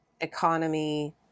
economy